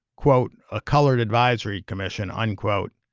quote, a colored advisory commission, unquote.